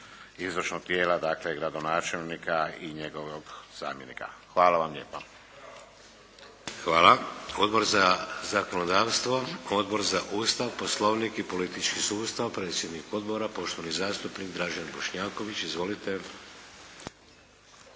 izvršnog tijela, dakle gradonačelnika i njegovog zamjenika. Hvala vam lijepa. **Šeks, Vladimir (HDZ)** Hvala. Odbor za zakonodavstvo, Odbor za Ustav poslovnik i politički sustav, predsjednik Odbora poštovani zastupnik Dražen Bošnjaković, izvolite.